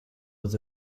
was